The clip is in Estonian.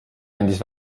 andis